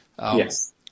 Yes